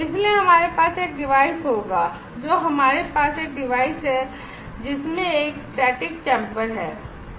इसलिए हमारे पास एक डिवाइस होगा जो हमारे पास एक डिवाइस है जिसमें एक स्टैटिक चैंबर है